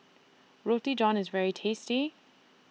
Roti John IS very tasty